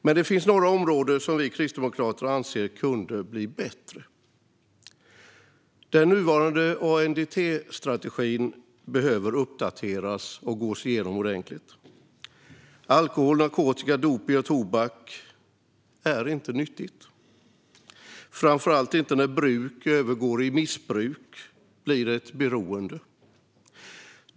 Men det finns några områden som vi kristdemokrater anser kunde bli bättre. Den nuvarande ANDT-strategin behöver uppdateras och gås igenom ordentligt. Alkohol, narkotika, dopning och tobak är inte nyttigt, framför allt inte när bruk övergår i missbruk och blir ett beroende.